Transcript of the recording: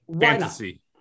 Fantasy